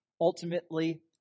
Ultimately